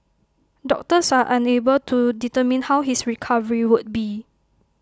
doctors are unable to determine how his recovery would be